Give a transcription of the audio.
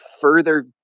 further